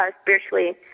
spiritually